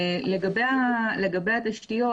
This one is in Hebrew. לגבי התשתיות,